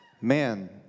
Man